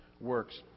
works